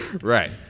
Right